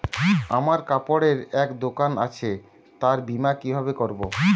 আমার কাপড়ের এক দোকান আছে তার বীমা কিভাবে করবো?